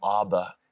Abba